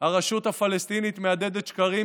הרשות הפלסטינית מהדהדת שקרים,